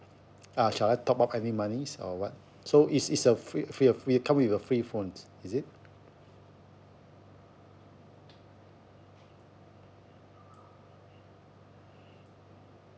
ah shall I top up any monies or what so is is a free free free come with a free phones is it